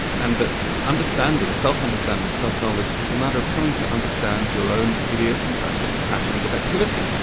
and that understanding, self-understanding, self-knowledge, is a matter of coming to understand your own idiosyncratic patterns of activity,